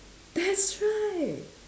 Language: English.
that's right